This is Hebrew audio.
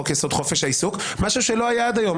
חוק יסוד: חופש העיסוק מה שלא היה עד היום.